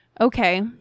Okay